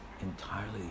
entirely